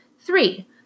Three